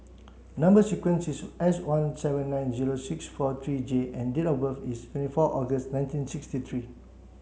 number sequence is S one seven nine zero six four three J and date of birth is twenty four August nineteen sixty three